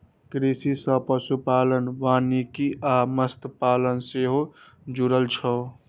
कृषि सं पशुपालन, वानिकी आ मत्स्यपालन सेहो जुड़ल छै